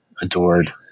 adored